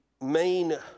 main